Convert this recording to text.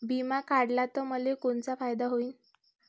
बिमा काढला त मले कोनचा फायदा होईन?